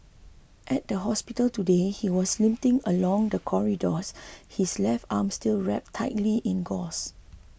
at the hospital today he was limping along the corridors his left arm still wrapped tightly in gauze